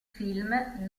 film